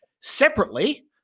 Separately